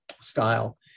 Style